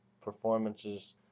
performances